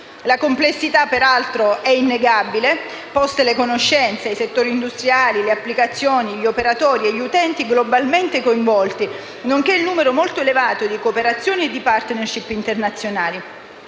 materia peraltro è innegabile, posti le conoscenze, i settori industriali, le applicazioni, gli operatori e gli utenti globalmente coinvolti, nonché il numero molto elevato di cooperazioni e *partnership* internazionali.